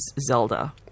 Zelda